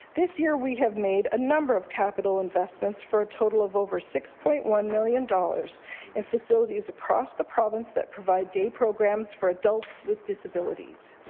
this year we have made a number of capital investments for a total of over six point one million dollars in facilities across the province that provide day programs for adults with disabilities.